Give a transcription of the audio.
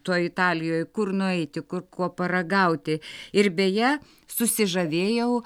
toj italijoj kur nueiti kur ko paragauti ir beje susižavėjau